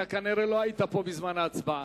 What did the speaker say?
אתה כנראה לא היית פה בזמן ההצבעה.